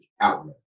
outlet